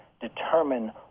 determine